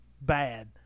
bad